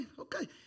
okay